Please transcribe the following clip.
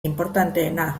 inportanteena